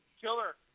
Killer